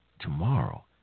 tomorrow